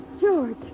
George